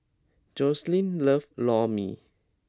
Joselyn loves Lor Mee